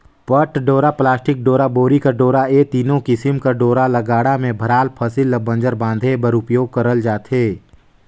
पट डोरा, पलास्टिक डोरा, बोरी कर डोरा ए तीनो किसिम कर डोरा ल गाड़ा मे भराल फसिल ल बंजर बांधे बर उपियोग करल जाथे